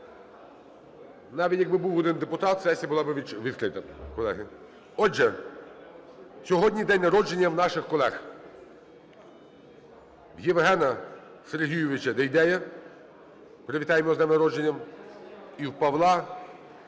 Навіть, якби був один депутат, сесія була б відкрита, колеги. Отже, сьогодні день народження у наших колег: Євгена Сергійовича Дейдея (привітаємо з днем народження) і в Павла